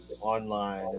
online